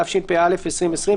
התשפ"א-2020,